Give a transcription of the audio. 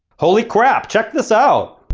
holly crap! check this out!